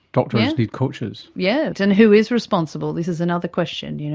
doctors need coaches. yes, and who is responsible, this is another question. you know